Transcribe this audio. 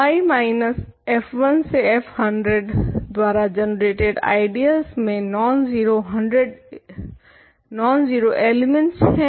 I minus f1f100 द्वारा generated ideals में non zero elements हैं